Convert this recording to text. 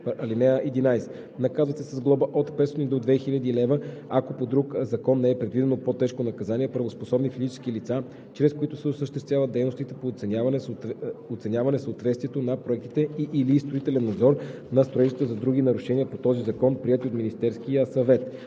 ал. 4. (11) Наказват се с глоба от 500 до 2000 лв., ако по друг закон не е предвидено по-тежко наказание, правоспособни физически лица, чрез които се осъществяват дейностите по оценяване съответствието на проектите и/или строителен надзор на строежите за други нарушения на този закон, приетите от Министерския съвет,